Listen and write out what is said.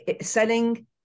selling